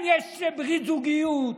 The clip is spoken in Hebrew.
יש ברית זוגיות,